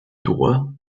droit